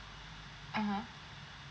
(uh huh)